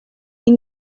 این